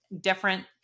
different